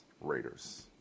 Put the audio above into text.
Raiders